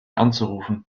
anzurufen